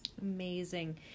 amazing